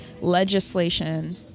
legislation